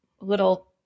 little